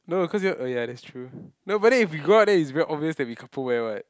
no cause oh ya that's true no but then if we go out it's very obvious that we couple wear what